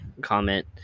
comment